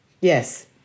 yes